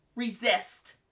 Resist